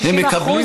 הם מקבלים,